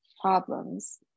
problems